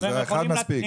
אחד מספיק,